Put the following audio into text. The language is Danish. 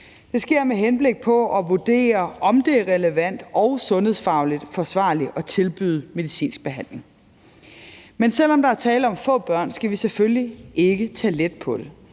Det sker med henblik på at vurdere, om det er relevant og sundhedsfagligt forsvarligt at tilbyde medicinsk behandling. Men selv om der er tale om få børn, skal vi selvfølgelig ikke tage let på det.